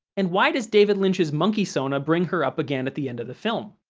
and why does david lynch's monkey-sona bring her up again at the end of the film?